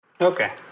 Okay